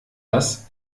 dass